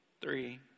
Three